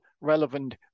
relevant